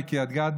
בקריית גת,